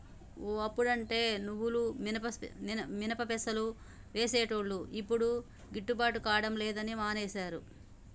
ఓ అప్పుడంటే నువ్వులు మినపసేలు వేసేటోళ్లు యిప్పుడు గిట్టుబాటు కాడం లేదని మానేశారు